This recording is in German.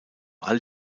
all